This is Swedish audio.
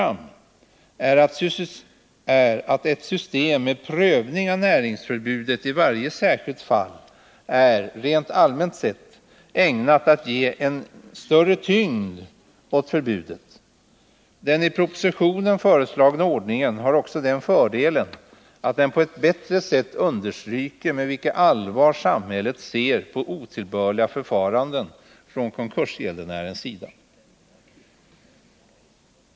En annan synpunkt som kan föras fram är att ett system med prövning av näringsförbudet i varje särskilt fall är, rent allmänt sett, ägnat att ge större tyngd åt förbudet. Den i propositionen föreslagna ordningen har också den fördelen att den på ett bättre sätt understryker med vilket allvar samhället ser på otillbörliga förfaranden från konkursgäldenärers sida.